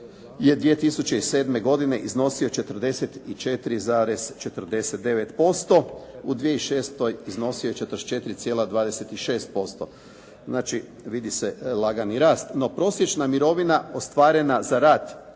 je 2007. godine iznosio 44,49%. U 2006. iznosio je 44,26%. Znači vidi se lagani rast. No prosječna mirovina ostvarena za rad